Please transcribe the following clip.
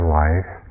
life